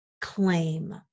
claim